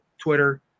Twitter